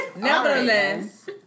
Nevertheless